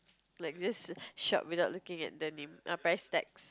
like just shop without looking at the name err price tags